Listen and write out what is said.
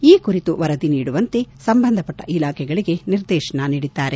ಈ ಕುರಿತು ವರದಿ ನೀಡುವಂತೆ ಸಂಬಂಧಪಟ್ಟ ಇಲಾಖೆಗಳಗೆ ನಿರ್ದೇಶನ ನೀಡಿದರು